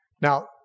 Now